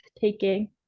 taking